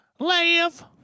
Live